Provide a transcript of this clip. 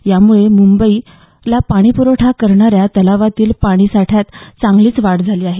यामुळे मुंबईला पाणी पुरवठा करणाऱ्या तलावांतील पाणी साठ्यात चांगलीच वाढ झाली आहे